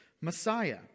Messiah